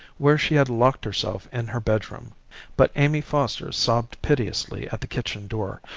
where she had locked herself in her bedroom but amy foster sobbed piteously at the kitchen door,